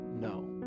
no